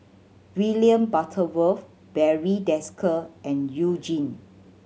William Butterworth Barry Desker and You Jin